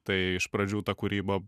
tai iš pradžių ta kūryba